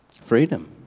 freedom